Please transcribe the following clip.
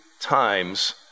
times